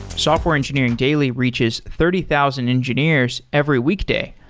software engineering daily reaches thirty thousand engineers every week day,